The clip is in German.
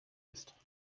ist